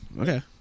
Okay